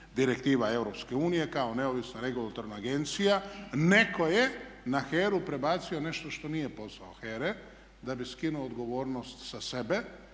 direktiva EU kao neovisna regulatorna agencija. Netko je na HERA-u prebacio nešto što nije posao HERA-e da bi skinuo odgovornost sa sebe.